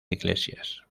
iglesias